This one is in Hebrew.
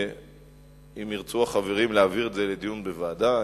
אם ירצו החברים להעביר את זה לדיון בוועדה,